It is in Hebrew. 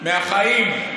מהחיים.